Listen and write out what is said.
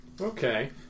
Okay